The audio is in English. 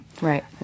right